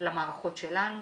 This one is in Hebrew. למערכות שלנו.